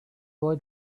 boy